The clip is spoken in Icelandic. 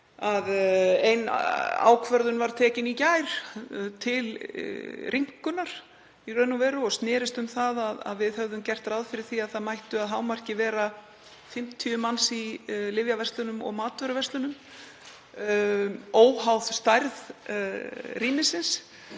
ein ákvörðun var tekin í gær til rýmkunar. Hún snerist um það að við höfðum gert ráð fyrir því að það mættu að hámarki vera 50 manns í lyfjaverslunum og matvöruverslunum óháð stærð rýmisins.